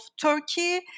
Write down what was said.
Turkey